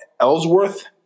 Ellsworth